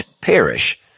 perish